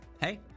hey